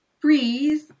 Breathe